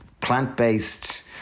plant-based